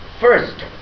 first